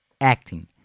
acting